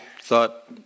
thought